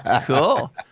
cool